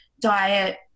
diet